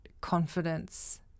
confidence